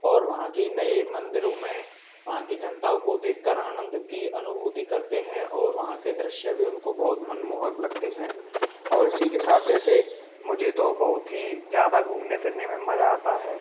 और वहाँ की नए मंदिरों में वहाँ की जनताओं को देखकर आनंद की अनुभूति करते हैं और वहाँ के दृश्य भी उनको बहुत मनमोहक लगते हैं और इसी के साथ जैसे मुझे तो बहुत ही ज़्यादा घूमने फिरने में मज़ा आता है